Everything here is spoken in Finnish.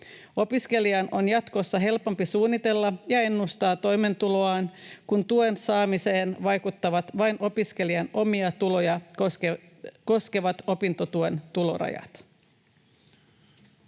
Opiskelijan on jatkossa helpompi suunnitella ja ennustaa toimeentuloaan, kun tuen saamiseen vaikuttavat vain opiskelijan omia tuloja koskevat opintotuen tulorajat.